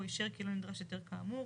או אישר כי לא נדרש היתר כאמור,